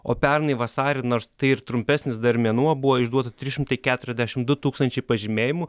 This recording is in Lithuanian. o pernai vasarį nors tai ir trumpesnis dar mėnuo buvo išduota trys šimtai keturiasdešimt du tūkstančiai pažymėjimų